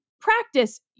practice